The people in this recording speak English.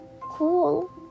cool